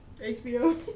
HBO